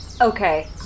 Okay